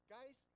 Guys